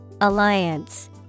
Alliance